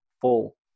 full